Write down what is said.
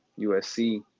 USC